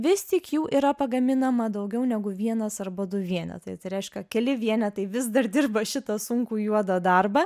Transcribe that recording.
vis tik jų yra pagaminama daugiau negu vienas arba du vienetai tai reiškia keli vienetai vis dar dirba šitą sunkų juodą darbą